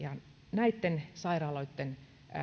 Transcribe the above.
näitten sairaaloitten